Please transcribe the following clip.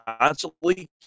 constantly